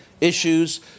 issues